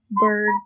bird